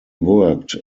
worked